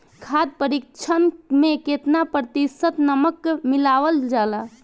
खाद्य परिक्षण में केतना प्रतिशत नमक मिलावल जाला?